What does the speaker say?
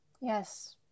Yes